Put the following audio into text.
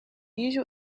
usual